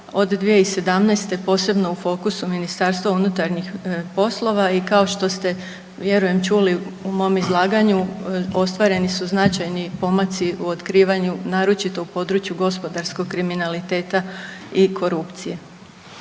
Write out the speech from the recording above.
od 2017. posebno u fokusu MUP-a i kao što ste vjerujem čuli u mom izlaganju, ostvareni su značajni pomaci u otkrivanju, naročito u području gospodarskog kriminaliteta i korupcije.